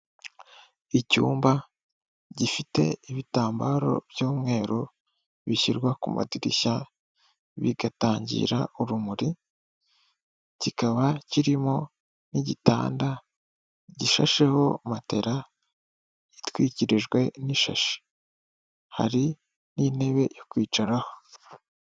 Icyumba gifite ibitambaro by'umweru, bishyirwa ku madirishya, bigatangira urumuri, kikaba kirimo n'igitanda gishasheho matera itwikirijwe n'ishashi. Hari n'intebe yo kwicaraho.